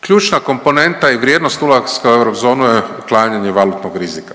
Ključna komponenta i vrijednost ulaska u eurozonu je uklanjanje valutnog rizika.